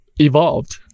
evolved